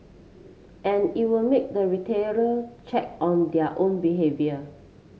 and it will make the retailer check on their own behaviour